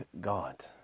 God